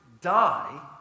die